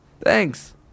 thanks